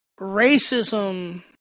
racism